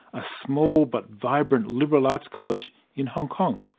a small but vibrant liberal arts college in hong kong.